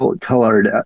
colored